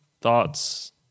Thoughts